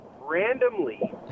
randomly